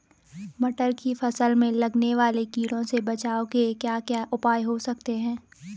मटर की फसल में लगने वाले कीड़ों से बचाव के क्या क्या उपाय हो सकते हैं?